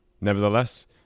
Nevertheless